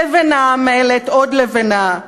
לבנה, מלט, עוד לבנה.